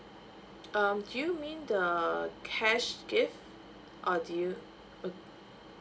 um do you mean the cash gift or do you